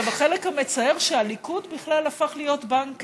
החלק המצער הוא שהליכוד בכלל הפך להיות בנק